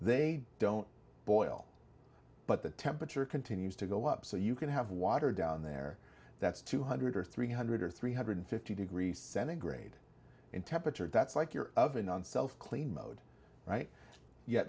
they don't boil but the temperature continues to go up so you can have water down there that's two hundred or three hundred or three hundred fifty degrees centigrade in temperature that's like your oven on self clean mode right ye